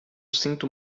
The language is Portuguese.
sinto